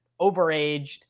overaged